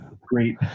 Great